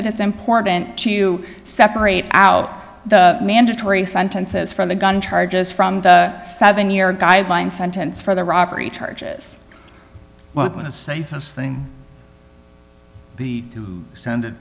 that it's important to separate out the mandatory sentences from the gun charges from the seven year guideline sentence for the robbery charges well when the safest thing be to send it